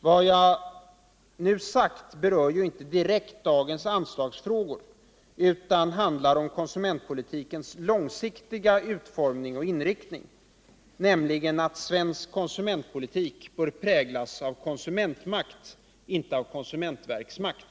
Vad jag nu sagt berör ju inte direkt dagens anslagsfrågor, utan handlar om konsumentpolitikens långsiktiga utformning och inriktning, nämligen att svensk konsumentpolitik bör präglas av konsumentmakt, inte av konsumentverksmakt.